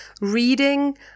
reading